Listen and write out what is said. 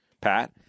Pat